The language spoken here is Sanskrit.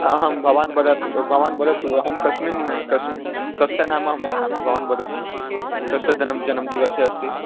अहं भवान् वदतु भवान् वदतु अहं कस्मिन् कस्मि कस्य नाम अहं लिखामि भवान् वदतु कस्य धनं जन्मदिवसः अस्ति